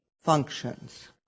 functions